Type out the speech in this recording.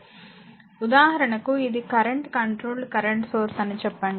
slide సమయం చూడండి 1502 ఉదాహరణకు ఇది కరెంట్ కంట్రోల్డ్ కరెంట్ సోర్స్ అని చెప్పండి